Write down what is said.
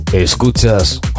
Escuchas